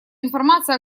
информация